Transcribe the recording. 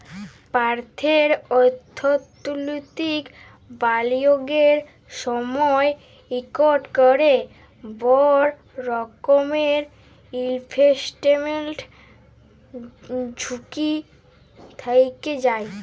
প্যত্তেক অথ্থলৈতিক বিলিয়গের সময়ই ইকট ক্যরে বড় রকমের ইলভেস্টমেল্ট ঝুঁকি থ্যাইকে যায়